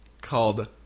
Called